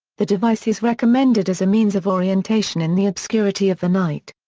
the device is recommended as a means of orientation in the obscurity of the night.